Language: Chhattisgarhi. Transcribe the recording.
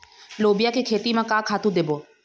लोबिया के खेती म का खातू देबो?